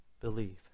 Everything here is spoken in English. believe